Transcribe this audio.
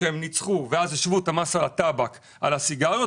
כשהם ניצחו ואז השוו את המס על הטבק למס על הסיגריות.